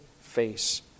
face